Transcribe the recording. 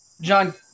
John